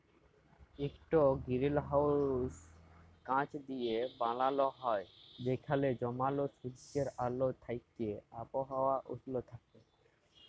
ইকট গিরিলহাউস কাঁচ দিঁয়ে বালাল হ্যয় যেখালে জমাল সুজ্জের আল থ্যাইকে আবহাওয়া উস্ল থ্যাইকে